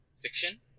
fiction